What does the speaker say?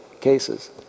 cases